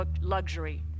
luxury